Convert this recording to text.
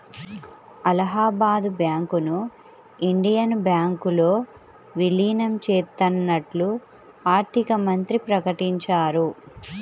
అలహాబాద్ బ్యాంకును ఇండియన్ బ్యాంకులో విలీనం చేత్తన్నట్లు ఆర్థికమంత్రి ప్రకటించారు